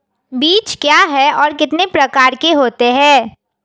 बीज क्या है और कितने प्रकार के होते हैं?